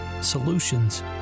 solutions